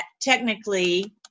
technically